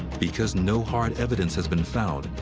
because no hard evidence has been found,